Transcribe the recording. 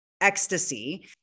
ecstasy